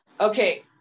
Okay